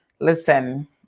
Listen